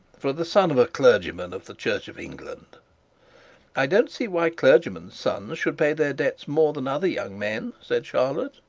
for the son of a clergyman of the church of england i don't see why clergymen's sons should pay their debts more than other young men said charlotte.